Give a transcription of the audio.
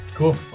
Cool